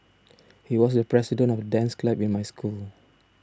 he was the president of the dance club in my school